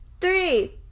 three